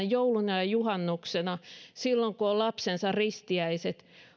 jouluna ja ja juhannuksena silloin kun on lapsensa ristiäiset